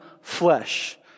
flesh